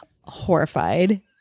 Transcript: horrified